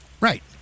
Right